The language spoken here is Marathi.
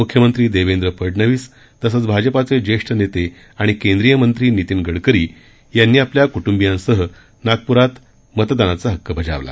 मुख्यमंत्री देवेंद्र फडणवीस तसंच भाजपाचे ज्येष्ठ नेते आणि केंद्रीय मंत्री नितीन गडकरी यांनी आपल्या कूट्रंबियांसह नागपूरमधे मतदानाचा हक्क बजावला